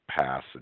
pass